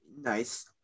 Nice